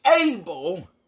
able